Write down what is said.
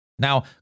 Now